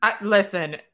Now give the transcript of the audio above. Listen